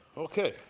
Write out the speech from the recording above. Okay